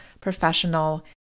professional